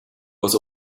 was